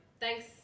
Thanks